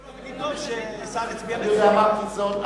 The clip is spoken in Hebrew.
אדוני היושב-ראש, תגיד, שסער הצביע, אמרתי זאת.